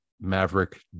Maverick